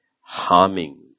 harming